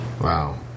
Wow